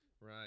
Right